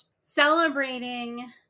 celebrating